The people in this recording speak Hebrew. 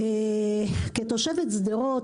כתושבת שדרות,